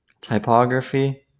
Typography